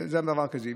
זה הדבר המרכזי.